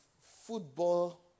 football